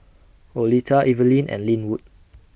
Oleta Evelyne and Lynwood